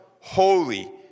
holy